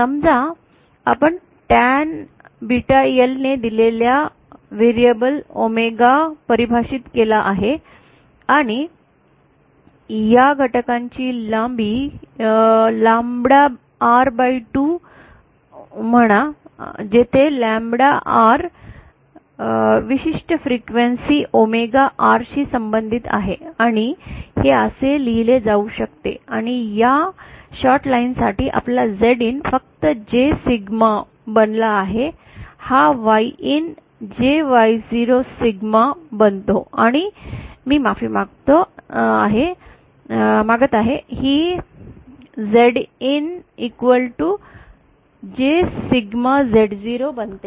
समजा आपण tan BETA L ने दिलेला व्हेरिएबल ओमेगा परिभाषेत केला आहे आणि या घटकांची लांबी लॅम्बडा r 2 म्हण जेथे लॅम्बडा r विशिष्ट फ्रिक्वेन्सी ओमेगा r शी संबंधित आहे आणि हे असे लिहिले जाऊ शकते आणि या शॉर्ट लाईन साठी आपला Zin फक्त j सिग्मा बनला आणि हा Yin jy0 सिग्मा बनतो आणि मी माफी मागत आहे Zinj सिग्मा Z0 बनते